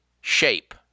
shape